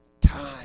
time